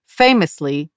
famously